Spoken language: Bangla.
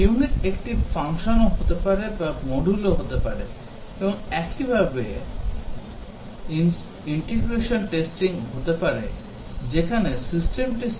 ইউনিট একটি function ও হতে পারে বা module ও হতে পারে এবং একইভাবে integration testing হতে পারে যেখানে system testing একটি validation এর কৌশল